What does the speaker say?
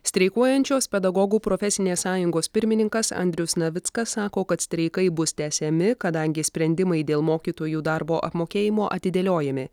streikuojančios pedagogų profesinės sąjungos pirmininkas andrius navickas sako kad streikai bus tęsiami kadangi sprendimai dėl mokytojų darbo apmokėjimo atidėliojami